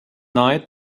night